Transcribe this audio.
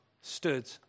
stood